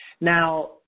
Now